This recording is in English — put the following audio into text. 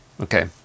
Okay